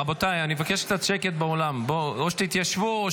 רבותיי, אני מבקש קצת שקט באולם, או שתתיישבו.